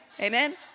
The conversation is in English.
Amen